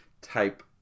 type